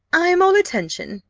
i am all attention,